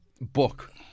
book